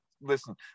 Listen